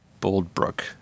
Boldbrook